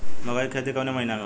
मकई क खेती कवने महीना में होला?